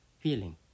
feeling